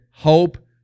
hope